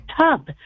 tub